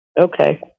Okay